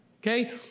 okay